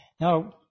Now